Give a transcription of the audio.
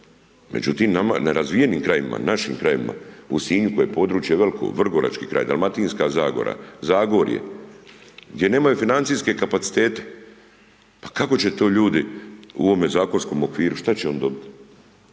Međutim, nerazvijenim krajevima, našim krajevima, u Sinju koje je područje veliko, Vrgorački kraj, Dalmatinska zagora, Zagorje, gdje nemaju financijske kapacitete, pa kako će to ljudi u ovome zakonskom okviru, šta će oni dobit?